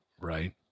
right